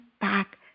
back